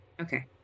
Okay